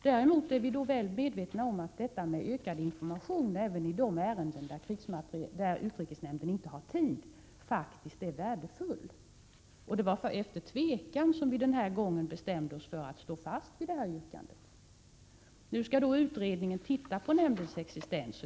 Däremot är vi väl medvetna om att ökad information även i de ärenden som utrikesnämnden inte har tid att ta upp faktiskt är värdefull. Det var efter tvekan som vi den här gången bestämde oss för att stå fast vid detta yrkande. Nu skall utredningen titta på nämndens existens.